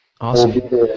Awesome